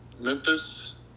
Memphis